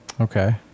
Okay